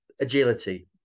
agility